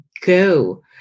go